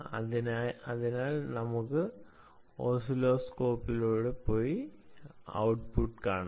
അതിനാൽ നമുക്ക് ഓസിലോസ്കോപ്പിലേക്ക് പോയി ഔട്ട്പുട്ട് കാണാം